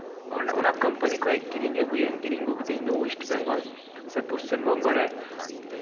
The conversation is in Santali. ᱚᱱᱟ ᱠᱳᱢᱯᱟᱱᱤ ᱠᱷᱚᱱ ᱠᱤᱨᱤᱧ ᱟᱹᱜᱩᱭᱟᱹᱧ ᱠᱤᱨᱤᱧ ᱟᱹᱜᱩ ᱠᱟᱛᱮᱜ ᱤᱧ ᱫᱚ ᱳᱭᱮᱥᱴ ᱵᱮᱝᱜᱚᱞ ᱥᱮ ᱯᱚᱥᱪᱤᱢᱵᱚᱝᱜᱚ ᱨᱮ